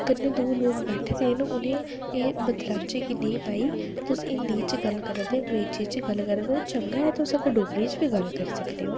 कन्नै दो लोक बैठ दे उ'नेंगी एह् बतलाचे कि नेई बाई तुस हिंदी च गल्ल करा देओ अंगरेजी च गल्ल करा देओ एह्दे कोला चंगा ऐ जे डोगरी च गल्ल करी सकदेओ